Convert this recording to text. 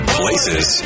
places